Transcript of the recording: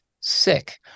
sick